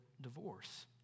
divorce